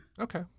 Okay